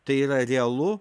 tai yra realu